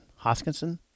Hoskinson